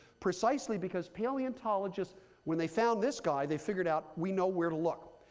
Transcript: precisely because, paleontologists when they found this guy, they figured out we know where to look.